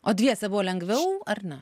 o dviese buvo lengviau ar ne